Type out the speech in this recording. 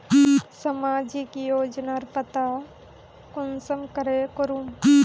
सामाजिक योजनार पता कुंसम करे करूम?